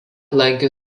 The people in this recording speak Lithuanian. lankė